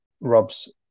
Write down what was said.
Rob's